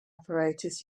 apparatus